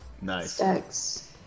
Nice